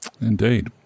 Indeed